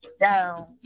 down